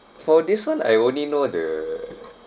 for this one I only know the